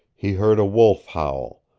he heard a wolf howl,